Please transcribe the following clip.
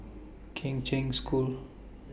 Kheng Cheng School